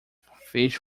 fish